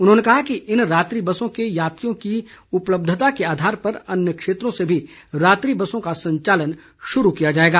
उन्होंने कहा कि इन रात्रि बसों के यात्रियों की उपलब्यता के आधार पर अन्य क्षेत्रों से भी रात्रि बसों का संचालन शुरू किया जाएगा